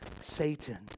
Satan